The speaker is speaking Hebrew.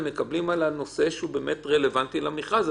הם מקבלים על הנושא שרלוונטי למכרז.